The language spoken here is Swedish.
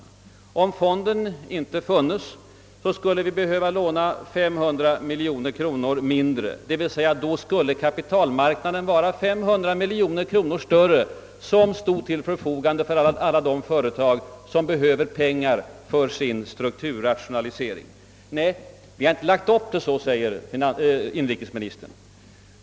Om den näringspolitiska fonden inte funnes, skulle vi behöva låna 500 miljoner kronor mindre, d.v.s. kapitalmarknaden skulle ha 500 miljoner kronor mera till förfogande för att låna ut till alla de företag som behöver pengar för sin strukturrationalisering. Nej, säger inrikesministern, regeringen har inte lagt upp det så.